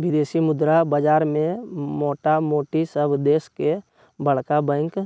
विदेशी मुद्रा बाजार में मोटामोटी सभ देश के बरका बैंक